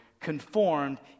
conformed